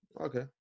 Okay